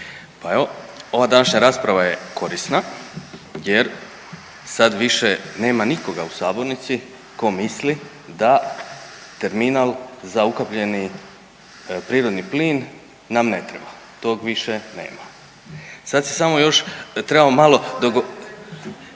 Pa evo ova današnja rasprava je korisna jer sad više nema nikoga u sabornici ko misli da terminal za ukapljeni prirodni plin nam ne treba, tog više nema. Sad se samo još trebamo malo,